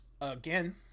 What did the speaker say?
Again